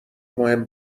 مهم